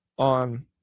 on